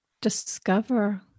discover